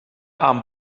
amb